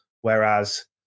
Whereas